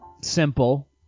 simple